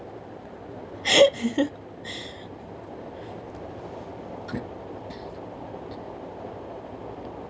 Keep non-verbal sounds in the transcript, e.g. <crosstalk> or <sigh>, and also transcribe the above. <laughs>